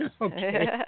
Okay